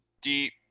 deep